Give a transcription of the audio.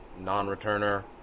non-returner